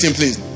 please